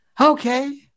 Okay